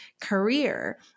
career